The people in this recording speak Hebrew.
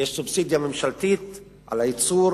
יש סובסידיה ממשלתית על הייצור